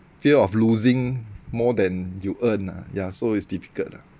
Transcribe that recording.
fear of losing more than you earn ah yeah so it's difficult lah